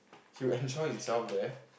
he'll enjoy himself there